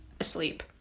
asleep